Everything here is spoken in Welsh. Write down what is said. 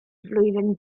flwyddyn